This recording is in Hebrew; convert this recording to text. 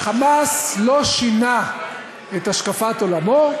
ה"חמאס" לא שינה את השקפת עולמו,